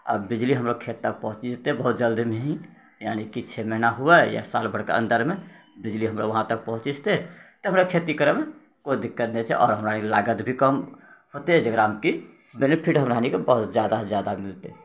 बिजली हमरो खेत तक पहुँची जेतै बहुत जल्दीमे ही यानि कि छओ महीना हुवे या साल भरिके अन्दरमे बिजली हमरो वहाँतक पहुँच जेतै तऽ हमरा खेती करैमे कोइ दिक्कत नहि छै आओर हमराअनीके लागत भी कम होतै जकरामे की बेनीफिट हमराअनीके बहुत जादासँ जादा मिलतै